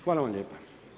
Hvala vam lijepa.